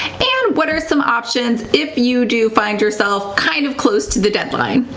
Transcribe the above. and what are some options if you do find yourself kind of close to the deadline?